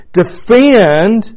defend